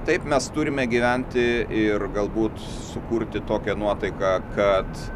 taip mes turime gyventi ir galbūt sukurti tokią nuotaiką kad